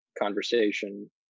conversation